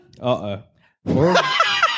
Uh-oh